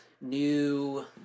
new